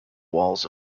walls